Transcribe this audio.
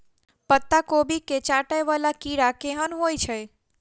पत्ता कोबी केँ चाटय वला कीड़ा केहन होइ छै?